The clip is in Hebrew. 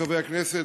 חברי הכנסת,